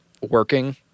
working